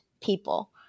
people